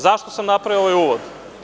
Zašto sam napravio ovaj uvod?